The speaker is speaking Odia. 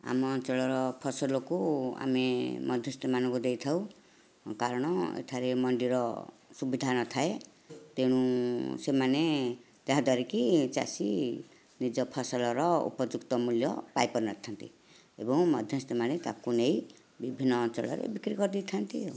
ଆମ ଅଞ୍ଚଳର ଫସଲକୁ ଆମେ ମଧ୍ୟସ୍ଥି ମାନଙ୍କୁ ଦେଇଥାଉ କାରଣ ଏଠାରେ ମଣ୍ଡିର ସୁବିଧା ନ ଥାଏ ତେଣୁ ସେମାନେ ଯାହା ଦ୍ଵାରାକି ଚାଷୀ ନିଜ ଫସଲର ଉପଯୁକ୍ତ ମୂଲ୍ୟ ପାଇପାରୁ ନ ଥାନ୍ତି ଏବଂ ମଧ୍ୟସ୍ଥି ମାନେ ତାକୁ ନେଇ ବିଭିନ୍ନ ଅଞ୍ଚଳରେ ବିକ୍ରି କରିଦେଇଥାନ୍ତି ଆଉ